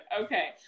okay